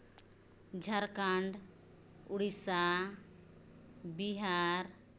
Jharkhand Odisha Bihar